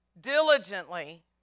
diligently